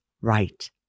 right